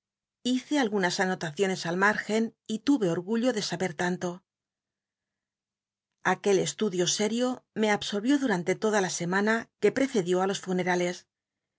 nl unas anotaciones al nhíi'gen y lu'co l'gullo de saber tanto aquel estudio serio me absorbió durante toda la semana que precedió los funerales